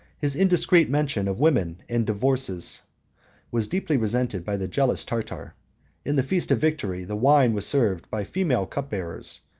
his indiscreet mention of women and divorces was deeply resented by the jealous tartar in the feast of victory the wine was served by female cupbearers,